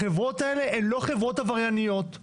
החברות האלו הן לא חברות עברייניות,